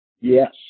Yes